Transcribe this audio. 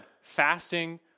fasting